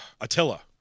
Attila